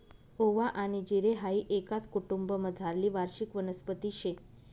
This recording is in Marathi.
ओवा आनी जिरे हाई एकाच कुटुंबमझारली वार्षिक वनस्पती शे